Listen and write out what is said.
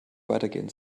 weitergehen